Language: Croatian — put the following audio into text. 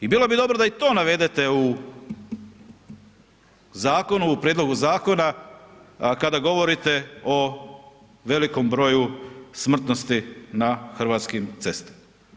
I bilo bi dobro da i to navedete u zakonu, u prijedlogu zakona kada govorite o velikom broju smrtnosti na hrvatskim cestama.